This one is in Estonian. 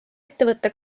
ettevõtte